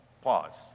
pause